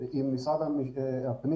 אם משרד הפנים,